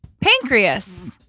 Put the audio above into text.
Pancreas